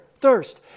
thirst